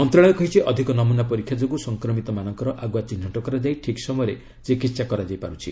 ମନ୍ତ୍ରଣାଳୟ କହିଛି ଅଧିକ ନମୁନା ପରୀକ୍ଷା ଯୋଗୁଁ ସଂକ୍ରମିତମାନଙ୍କର ଆଗୁଆ ଚିହ୍ନଟ କରାଯାଇ ଠିକ୍ ସମୟରେ ଚିକିତ୍ସା କରାଯାଇପାରୁଛି